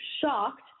shocked